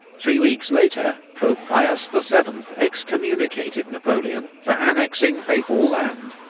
three weeks later, pope pius the seventh excommunicated napoleon for annexing papal land,